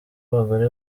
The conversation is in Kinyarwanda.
abagore